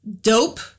dope